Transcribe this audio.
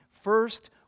First